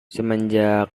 semenjak